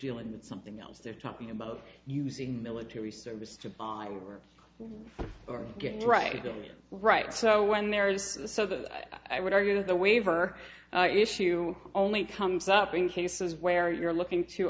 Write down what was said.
dealing with something else they're talking about using military service to work or get it right right so when there is so that i would argue that the waiver issue only comes up in cases where you're looking to